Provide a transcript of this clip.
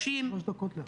אנחנו פוליטיקאים.